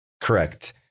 Correct